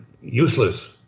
useless